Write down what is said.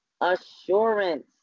assurance